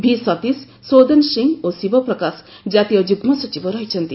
ଭି ସତୀଶ ସୌଦନ ସିଂହ ଓ ଶିବ ପ୍ରକାଶ ଜାତୀୟ ଯୁଗ୍ମ ସଚିବ ରହିଛନ୍ତି